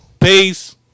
Peace